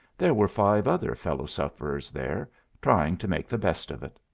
there were five other fellow-sufferers there trying to make the best of it.